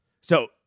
So-